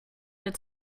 its